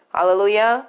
Hallelujah